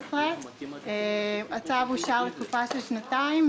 11. הצו אושר לתקופה של שנתיים.